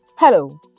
Hello